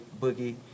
Boogie